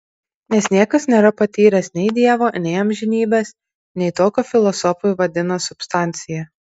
nes niekas nėra patyręs nei dievo nei amžinybės nei to ką filosofai vadina substancija